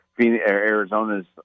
Arizona's